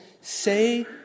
say